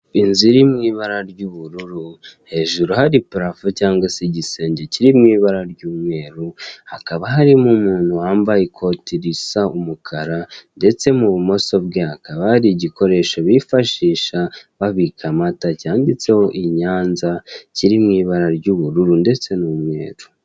Inzu iri mu ibara ry'ubururu, hejuru hari parafo cyangwa se igisenge kiri mu ibara ry'umweru, hakaba harimo umuntu wambaye ikoti risa umukara ndetse mu bumoso bwe hakaba hari igikoresho bifashisha babika amata cyanditseho Inyanza kiri mu ibara ry'ubururu ndetse n'umweru.